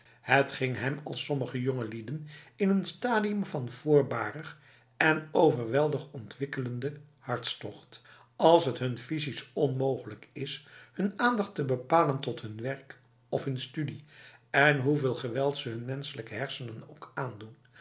het ging hem als sommige jongelieden in een stadium van voorbarig en overweldig ontwikkelende hartstocht als het hun fysisch onmogelijk is hun aandacht te bepalen bij hun werk of hun studie en hoeveel geweld ze hun menselijke hersenen ook aandoen